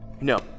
No